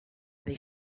they